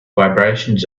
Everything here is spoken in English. vibrations